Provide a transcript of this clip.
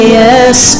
yes